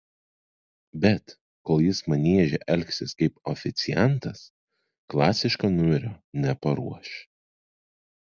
bet kol jis manieže elgsis kaip oficiantas klasiško numerio neparuoš